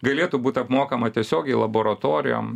galėtų būt apmokama tiesiogiai laboratorijom